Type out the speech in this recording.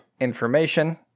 information